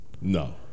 No